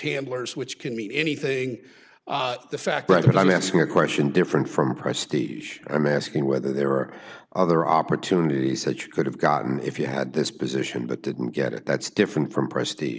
handlers which can mean anything the fact that i'm asking a question different from prestige i'm asking whether there are other opportunities that you could have gotten if you had this position but didn't get it that's different from prestige